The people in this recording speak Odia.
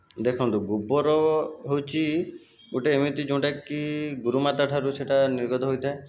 ଦେଖନ୍ତୁ ଗୋବର ହେଇଛି ଗୋଟିଏ ଏମିତି ଯୋଉଁଟାକି ଗୋରୁମାତା ଠାରୁ ସେଇଟା ନିର୍ଗତ ହୋଇଥାଏ